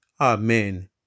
Amen